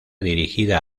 dirigida